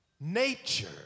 nature